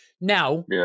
Now –